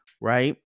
right